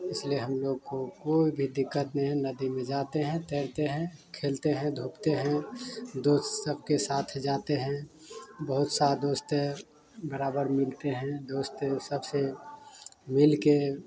इसलिए हम लोग को कोई भी दिक्कत नहीं है नदी में जाते हैं तैरते हैं खेलते हैं धूपते हैं दोस्त सब के साथ जाते हैं बहुत सा दोस्त है बराबर मिलते हैं दोस्त मिलते उन सबसे मिल कर